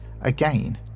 again